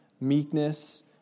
meekness